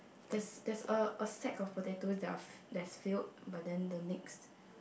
there's there's a a sack of potatoes that are f~ that's filled but then the next